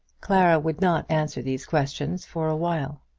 clara would not answer these questions for a while.